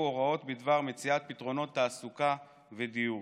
הוראות בדבר מציאת פתרונות תעסוקה ודיור.